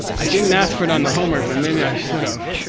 i didn't ask for it on the homework, but maybe i should have